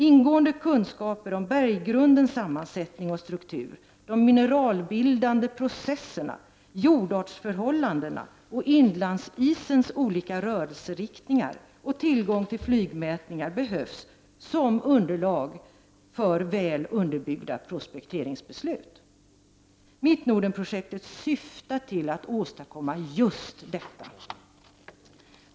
Ingående kunskaper om berggrundens sammansättning och struktur, de mineralbildande processerna, jordartsförhållanden och inlandsisens olika rörelseriktningar och tillgång till flygmätningar behövs som underlag för väl underbyggda prospekteringsbeslut. Mittnordenprojektet syftar till att åstadkomma just detta.